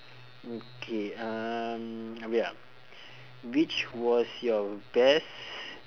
okay um ya which was your best